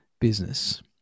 business